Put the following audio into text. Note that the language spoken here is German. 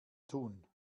tun